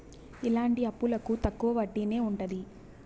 ఇలాంటి అప్పులకు తక్కువ వడ్డీనే ఉంటది